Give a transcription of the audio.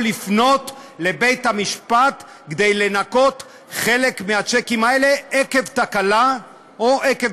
לפנות לבית-המשפט כדי לגרוע חלק מהשיקים האלה עקב תקלה או עקב